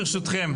--- ברשותכם,